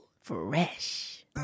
Fresh